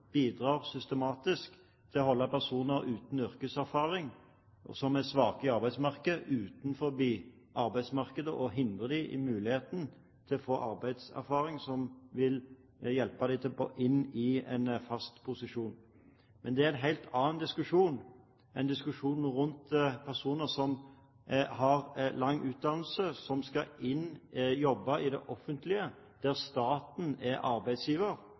bidrar systematisk til å holde personer uten yrkeserfaring og som er svake i arbeidsmarkedet, utenfor arbeidsmarkedet, og hindrer dem i muligheten til å få en arbeidserfaring som vil hjelpe dem inn i en fast posisjon. Men det er en helt annen diskusjon enn diskusjonen rundt personer som har lang utdannelse, som skal jobbe i det offentlige, der staten er arbeidsgiver,